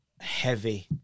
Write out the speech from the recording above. heavy